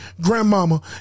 grandmama